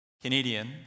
Canadian